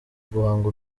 guhanga